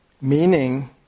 Meaning